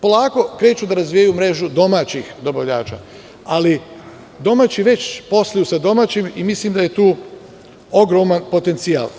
Polako kreću da razvijaju mrežu domaćih dobavljača, ali domaći već posluju sa domaćim i mislim da je tu ogroman potencijal.